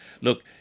Look